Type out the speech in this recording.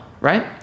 right